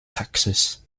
texas